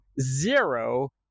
zero